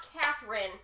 Catherine